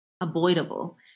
avoidable